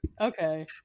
okay